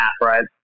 Right